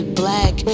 black